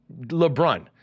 LeBron